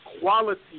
quality